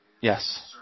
Yes